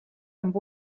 amb